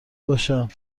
باشم